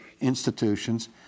institutions